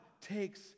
takes